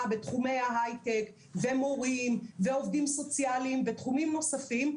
בתחומי ההיי טק ומורים ועובדים סוציאליים ותחומים נוספים,